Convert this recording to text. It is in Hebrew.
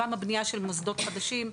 גם הבנייה של מוסדות חדשים,